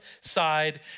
side